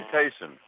education